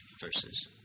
verses